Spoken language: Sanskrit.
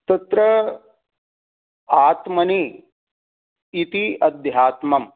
तत्र आत्मनि इति अध्यात्मं